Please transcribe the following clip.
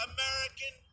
American